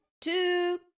two